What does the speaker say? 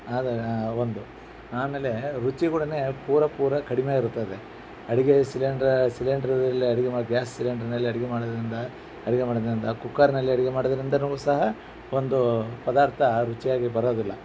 ಆದ ಒಂದು ಆಮೇಲೆ ರುಚಿ ಕೂಡ ಪೂರ ಪೂರ ಕಡಿಮೆಯಿರುತ್ತದೆ ಅಡುಗೆ ಸಿಲಿಂಡ್ರ್ ಸಿಲಿಂಡ್ರುದಲ್ಲಿ ಅಡುಗೆ ಮಾಡೋ ಗ್ಯಾಸ್ ಸಿಲಿಂಡ್ರನಲ್ಲಿ ಅಡುಗೆ ಮಾಡೋದ್ರಿಂದ ಅಡುಗೆ ಮಾಡೋದ್ರಿಂದ ಕುಕ್ಕರ್ನಲ್ಲಿ ಅಡುಗೆ ಮಾಡೋದ್ರಿಂದನು ಸಹ ಒಂದೂ ಪದಾರ್ಥ ರುಚಿಯಾಗಿ ಬರೋದಿಲ್ಲ